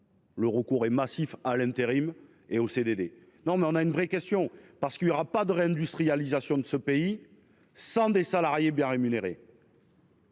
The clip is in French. Le recours est massif à l'intérim et aux CDD. Non mais on a une vraie question parce qu'il y aura pas de réindustrialisation de ce pays sans des salariés bien rémunérés.